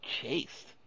chased